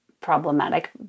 problematic